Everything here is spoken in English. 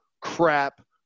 crap